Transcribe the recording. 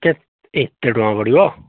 କେ ଏତେ ଟଙ୍କା ପଡ଼ିବ